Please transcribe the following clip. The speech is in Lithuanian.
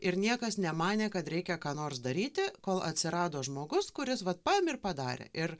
ir niekas nemanė kad reikia ką nors daryti kol atsirado žmogus kuris vat paėmė ir padarė ir